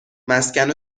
مسکن